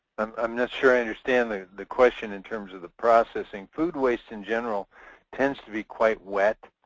i'm not sure i understand the the question in terms of the processing. food waste in general tends to be quite wet.